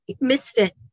misfit